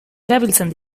erabiltzen